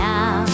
Now